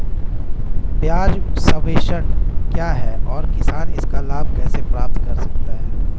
ब्याज सबवेंशन क्या है और किसान इसका लाभ कैसे प्राप्त कर सकता है?